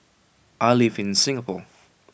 I live in Singapore